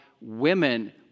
women